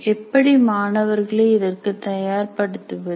எப்படி மாணவர்களை இதற்கு தயார்படுத்துவது